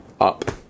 up